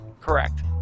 Correct